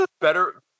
better